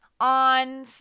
on